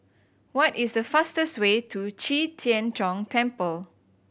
what is the fastest way to Qi Tian Gong Temple